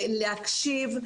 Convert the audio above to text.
להקשיב,